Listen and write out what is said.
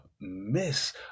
Miss